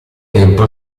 tempo